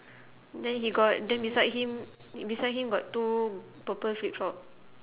then he got then beside him beside him got two purple flip-flop